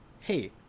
hey